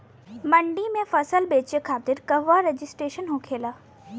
मंडी में फसल बेचे खातिर कहवा रजिस्ट्रेशन होखेला?